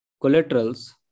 collaterals